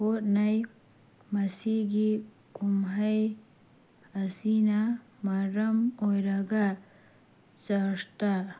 ꯍꯣꯠꯅꯩ ꯃꯁꯤꯒꯤ ꯀꯨꯝꯍꯩ ꯑꯁꯤꯅ ꯃꯔꯝ ꯑꯣꯏꯔꯒ ꯆꯔꯁꯇ